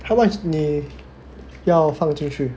how much 你要放出去